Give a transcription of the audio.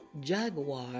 jaguar